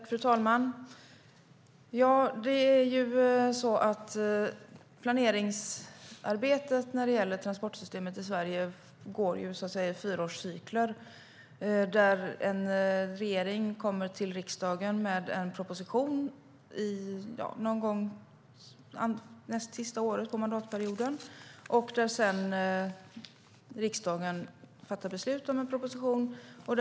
Fru talman! Planeringsarbetet för transportsystemet i Sverige går i fyraårscykler. En regering kommer till riksdagen med en proposition någon gång näst sista året på mandatperioden. Sedan fattar riksdagen beslut om propositionen.